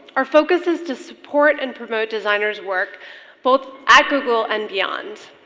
our focus is to support and promote designers work both at google and beyond.